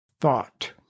thought